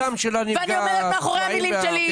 ואני עומדת מאחורי המילים שלי.